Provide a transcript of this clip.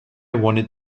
wanted